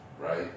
right